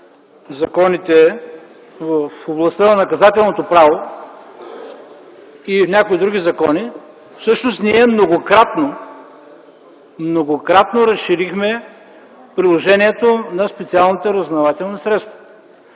законите, в областта на наказателното право и някои други закони, всъщност, ние многократно разширихме приложението на специалните разузнавателни средства.